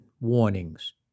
warnings